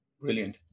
Brilliant